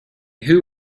who